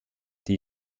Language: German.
die